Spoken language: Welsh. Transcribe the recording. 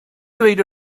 ddweud